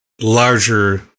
larger